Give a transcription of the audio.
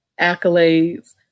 accolades